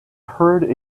heard